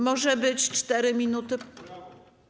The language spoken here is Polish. Mogą być 4 minuty?